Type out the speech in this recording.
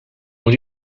moet